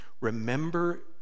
Remember